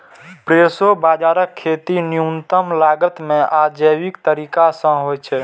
proso बाजाराक खेती न्यूनतम लागत मे आ जैविक तरीका सं होइ छै